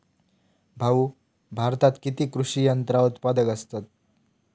भाऊ, भारतात किती कृषी यंत्रा उत्पादक असतत